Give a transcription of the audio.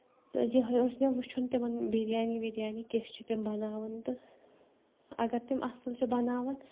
تہٕ یِہوے اوس مےٚ وُچھُن تِمن بِریانی وِریانی کِژھ چھِ تِم بَناوان تہٕ اَگر تِم اَصٕل چھِ بَناوان